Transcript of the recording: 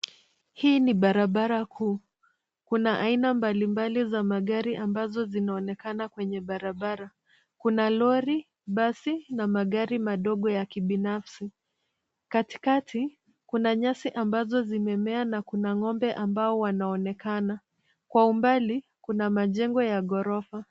Hii ni barabara kuu. Kuna aina mbalimbali za magari ambazo zinaonekana kwenye barabara. Kuna lori, basi na magari madogo ya kibinafsi. Katikati kuna nyasi ambazo zimemea na kuna ng'ombe ambao wanaonekana. Kwa umbali kuna majengo ya ghorofa.